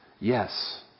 Yes